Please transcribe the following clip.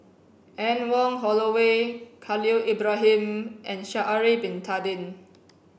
Anne Wong Holloway Khalil Ibrahim and Sha'ari bin Tadin